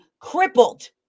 crippled